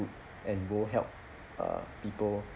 good and go help uh people